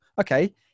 Okay